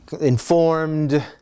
informed